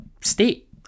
state